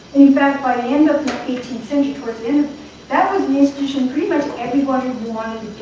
fact, by the end of the eighteenth century, that was the institution pretty much everybody wanted